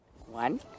one